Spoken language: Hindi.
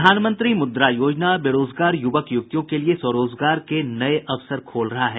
प्रधानमंत्री मुद्रा योजना बेरोजगार युवक युवतियों के लिए स्वरोजगार के नये अवसर खोल रहा है